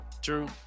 True